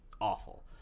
awful